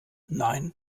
nein